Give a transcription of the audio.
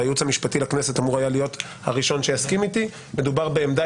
והייעוץ המשפטי לכנסת אמור היה להיות הראשון שיסכים איתי מדובר בעמדה